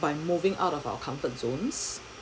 by moving out of our comfort zones